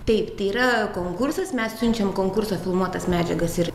taip tai yra konkursas mes siunčiam konkurso filmuotas medžiagas ir